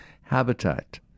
habitat